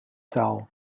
taal